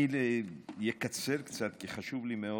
אני אקצר קצת, כי חשוב לי מאוד